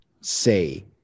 say